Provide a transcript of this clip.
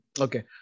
Okay